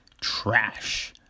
trash